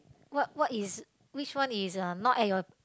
what what is which one is uh not at your